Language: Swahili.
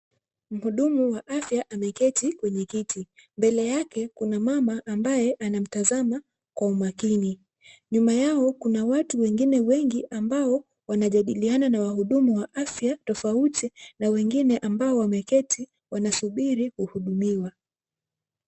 Mhudumu wa afya ameketi kwenye kiti. Mbele yake kuna mama ambaye anamtazama kwa umakini. Nyuma yao kuna watu wengine wengi ambao wanajadiliana na wahudumu wa afya tofauti na wengine ambao wameketi, wanasubiri kuhudumiwa.